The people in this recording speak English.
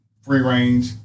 free-range